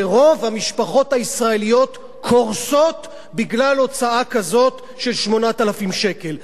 ורוב המשפחות הישראליות קורסות בגלל הוצאה כזאת של 8,000 שקל.